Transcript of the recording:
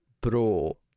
bro